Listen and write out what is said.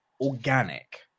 organic